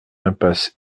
impasse